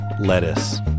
lettuce